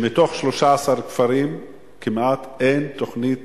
שמתוך 13 כפרים כמעט אין תוכנית